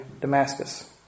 Damascus